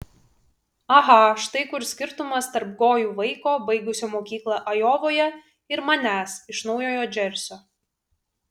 aha štai kur skirtumas tarp gojų vaiko baigusio mokyklą ajovoje ir manęs iš naujojo džersio